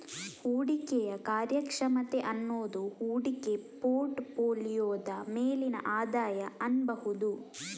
ಹೂಡಿಕೆಯ ಕಾರ್ಯಕ್ಷಮತೆ ಅನ್ನುದು ಹೂಡಿಕೆ ಪೋರ್ಟ್ ಫೋಲಿಯೋದ ಮೇಲಿನ ಆದಾಯ ಅನ್ಬಹುದು